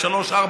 03:00,